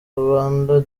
rwanda